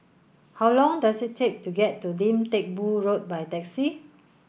how long does it take to get to Lim Teck Boo Road by taxi